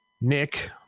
Nick